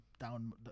down